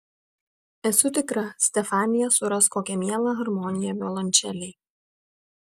esu tikra stefanija suras kokią mielą harmoniją violončelei